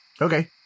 Okay